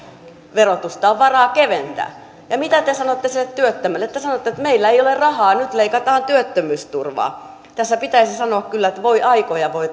verotusta on varaa keventää ja mitä te sanotte sille työttömälle te sanotte että meillä ei ole rahaa nyt leikataan työttömyysturvaa tässä pitäisi sanoa kyllä että voi aikoja voi